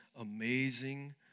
amazing